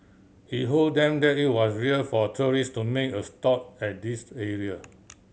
he hold them that it was rare for tourists to make a stop at this area